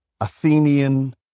Athenian